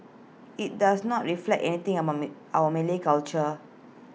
IT does not reflect anything among my our Malay culture